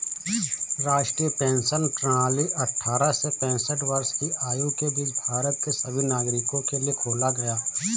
राष्ट्रीय पेंशन प्रणाली अट्ठारह से पेंसठ वर्ष की आयु के बीच भारत के सभी नागरिकों के लिए खोला गया